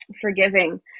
forgiving